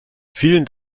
vielen